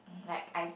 like I